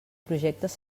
projectes